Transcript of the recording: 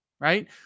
right